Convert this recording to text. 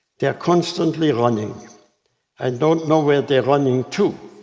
they're constantly running and don't know where they're running to.